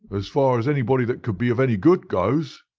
as far as anybody that could be of any good goes.